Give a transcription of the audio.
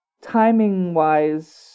timing-wise